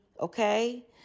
okay